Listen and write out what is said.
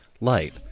Light